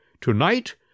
To-night